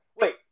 Wait